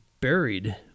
buried